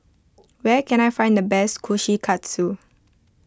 where can I find the best Kushikatsu